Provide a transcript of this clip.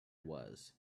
was